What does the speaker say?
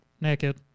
naked